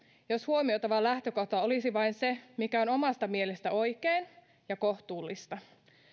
jos huomioitava lähtökohta olisi vain se mikä on omasta mielestä oikein ja kohtuullista